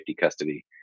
custody